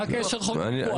מה הקשר לחוק הפיקוח?